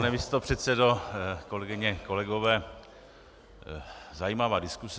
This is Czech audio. Pane místopředsedo, kolegyně a kolegové, zajímavá diskuse.